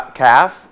calf